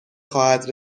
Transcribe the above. خواهد